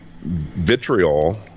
vitriol